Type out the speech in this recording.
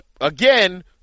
again